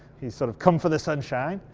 he's sort of come for the sunshine,